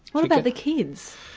what about the kids?